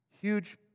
huge